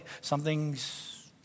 Something's